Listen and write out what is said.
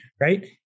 right